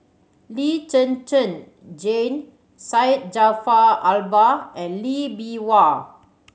Lee Zhen Zhen Jane Syed Jaafar Albar and Lee Bee Wah